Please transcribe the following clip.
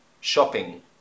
shopping